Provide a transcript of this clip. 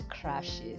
crashes